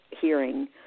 hearing